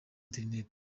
internet